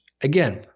Again